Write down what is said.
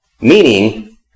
Meaning